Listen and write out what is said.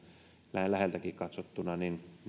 läheltäkin katsottuna